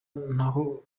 ntaho